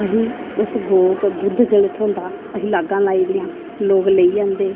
असें उस गौ दा दुध्द जेल्ले थ्होंदा असें लाग्गां लाई दियां लोग लेई जंदे